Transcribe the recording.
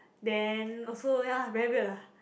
then also ya very weird lah